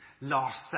last